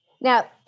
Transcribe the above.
Now